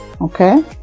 okay